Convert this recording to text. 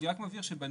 אני רק מבהיר שבנוסח,